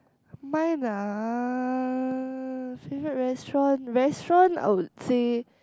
mine lah favorite restaurant restaurant I would say